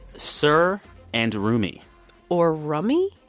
sir and rumi or rummy?